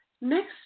next